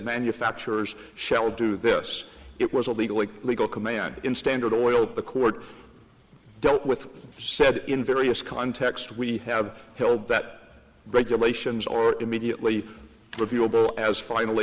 manufacturers shall do this it was a legally legal command in standard oil the court don't with said in various context we have held that regulations or immediately